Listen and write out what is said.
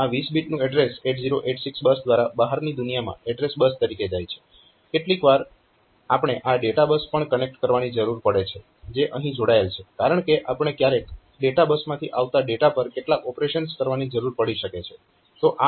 અને આ 20 બીટનું એડ્રેસ 8086 બસ દ્વારા બહારની દુનિયામાં એડ્રેસ બસ તરીકે જાય છે અને કેટલીક વાર આપણે આ ડેટા બસ પણ કનેક્ટ કરવાની જરૂર પડે છે જે અહીં જોડાયેલ છે કારણકે આપણે ક્યારેક ડેટા બસમાંથી આવતા ડેટા પર કેટલાક ઓપરેશન કરવાની જરૂર પડી શકે છે